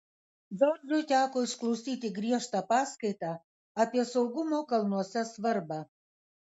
džordžui teko išklausyti griežtą paskaitą apie saugumo kalnuose svarbą